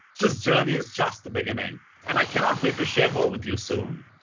this journey is just the beginning and i cannot wait to share more with you soon.